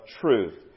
truth